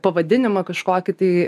pavadinimą kažkokį tai